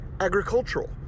agricultural